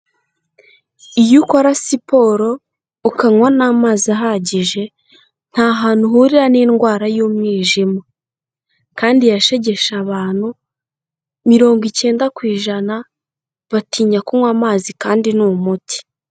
Iyo ukora siporo ukanywa n'amazi ahagije, nta hantu uhurira n'indwara y'umwijima kandi yashegeshe abantu, mirongo icyenda ku ijana batinya kunywa amazi kandi ni umuti.